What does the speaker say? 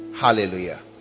Hallelujah